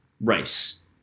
race